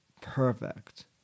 perfect